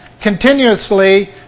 continuously